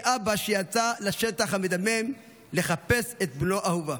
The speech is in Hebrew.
כאבא, שיצא לשטח המדמם לחפש את בנו אהובו.